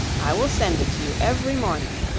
i will send it to you every morning,